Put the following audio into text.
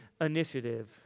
initiative